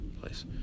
place